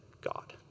God